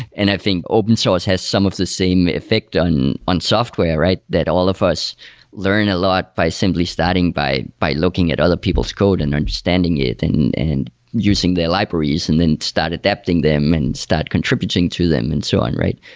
i think open source has some of the same effect on on software that all of us learn a lot by simply starting by by looking at other people's code and understanding it and and using their libraries and then start adapting them and start contributing to them and so on, right?